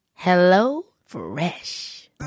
HelloFresh